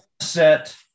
set